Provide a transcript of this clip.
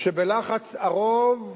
שבלחץ הרוב,